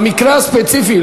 במקרה הספציפי,